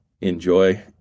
enjoy